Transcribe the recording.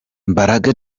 mbaraga